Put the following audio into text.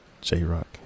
J-Rock